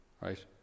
right